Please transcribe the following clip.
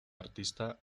arista